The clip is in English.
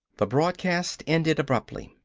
the broadcast ended abruptly.